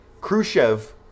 Khrushchev